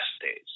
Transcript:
days